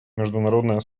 международное